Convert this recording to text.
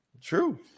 True